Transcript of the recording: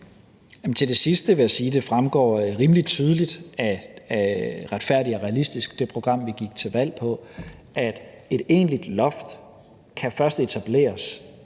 Til det sidste vil jeg sige, at det fremgår rimelig tydeligt af »Retfærdig og realistisk« – det program, som vi gik til valg på – at et egentligt loft først kan etableres,